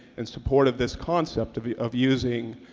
in support of this concept of of using